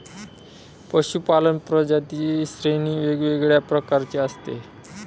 पशूपालन प्रजातींची श्रेणी वेगवेगळ्या प्रकारची असते